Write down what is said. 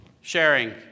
sharing